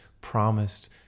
promised